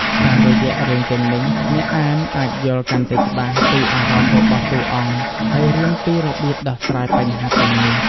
តាមរយៈរឿងទាំងនេះ អ្នកអានអាចយល់កាន់តែច្បាស់ពីអារម្មណ៍របស់តួអង្គ ហើយរៀនពីរបៀបដោះស្រាយបញ្ហាទាំងនេះ។